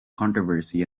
controversy